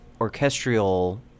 orchestral